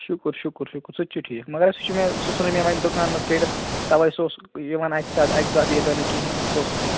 شُکُر شُکُر شُکُر سُہ تہِ چھُ ٹھیٖک مگر سُہ چھُ مےٚ سُہ ژھُنُے مےٚ دُکانہٕ منٛز کٔڈِتھ تَوَے سُہ اوس یِوان اکہِ ساتہٕ اکہِ دۄہ بیٚیہِ دۄہ نہٕ کِہیٖنٛۍ تہٕ سُہ اوس